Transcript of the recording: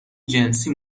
جنسی